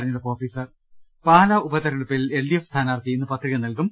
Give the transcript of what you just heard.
ഞ്ഞെടുപ്പ് ഓഫീസർ പാലാ ഉപതെരഞ്ഞെടുപ്പിൽ L D F സ്ഥാനാർത്ഥി ഇന്ന് പത്രിക നൽകും